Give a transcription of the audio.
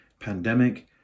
pandemic